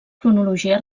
cronologia